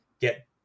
get